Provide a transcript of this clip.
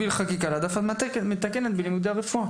אמרתי את זה: להוביל חקיקה להעדפה מתקנת בלימודי הרפואה.